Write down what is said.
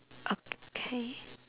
okay